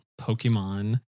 Pokemon